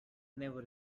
never